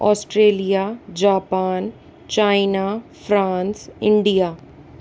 Australia Japan China France India